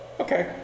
Okay